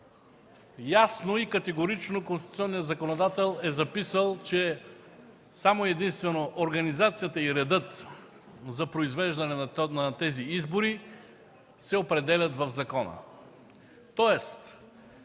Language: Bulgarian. ясно и категорично конституционният законодател е записал, че само единствено организацията и редът за произвеждане на тези избори се определят в закона.